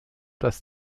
das